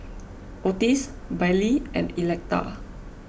Ottis Bailee and Electa